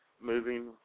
moving